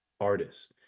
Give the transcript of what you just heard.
artists